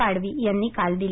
पाडवी यांनी काल दिले